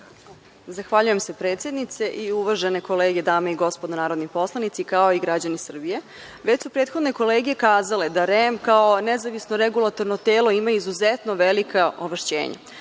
Zahvaljujem se, predsednice i uvažene kolege, dame i gospodo narodni poslanici, kao i građani Srbije, već su prethodne kolege kazale da REM, kao nezavisno regulatorno telo, ima izuzetno velika ovlašćenja. Ja